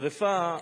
שרפה.